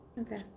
Okay